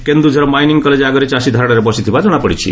Keonjhar mining college ଆଗରେ ଚାଷୀ ଧାରଣାରେ ବସିଥିବା ଜଶାପଡ଼ିଛି